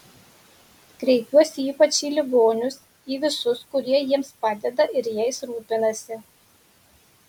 kreipiuosi ypač į ligonius į visus kurie jiems padeda ir jais rūpinasi